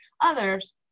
others